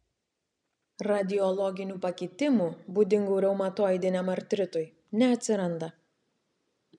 radiologinių pakitimų būdingų reumatoidiniam artritui neatsiranda